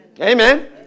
Amen